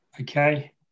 Okay